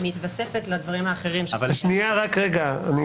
אני לא סתם שואל.